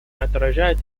отражает